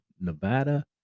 Nevada